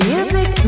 Music